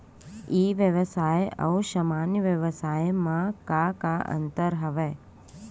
ई व्यवसाय आऊ सामान्य व्यवसाय म का का अंतर हवय?